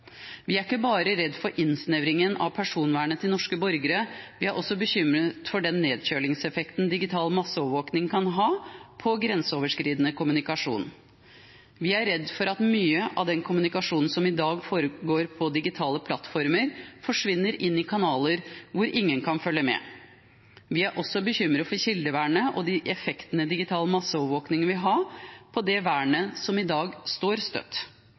Vi er ikke bare redd for innsnevringen av personvernet til norske borgere, vi er også bekymret for den nedkjølingseffekten digital masseovervåkning kan ha på grenseoverskridende kommunikasjon. Vi er redd for at mye av den kommunikasjonen som i dag foregår på digitale plattformer, forsvinner inn i kanaler hvor ingen kan følge med. Vi er også bekymret for kildevernet og de effektene digital masseovervåkning vil ha på det vernet som i dag står støtt.